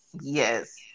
Yes